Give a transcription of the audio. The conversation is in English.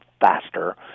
faster